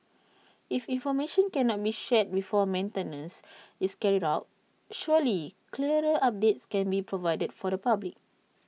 if information can not be shared before maintenance is carried out surely clearer updates can be provided for the public